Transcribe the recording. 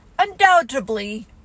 Undoubtedly